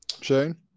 Shane